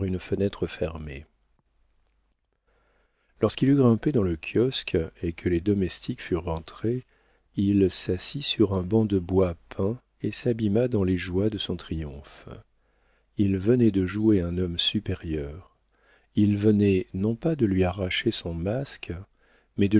une fenêtre fermée lorsqu'il eut grimpé dans le kiosque et que les domestiques furent rentrés il s'assit sur un banc de bois peint et s'abîma dans les joies de son triomphe il venait de jouer un homme supérieur il venait non pas de lui arracher son masque